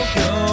go